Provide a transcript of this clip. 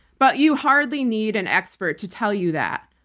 but you hardly need an expert to tell you that.